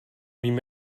vím